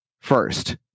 first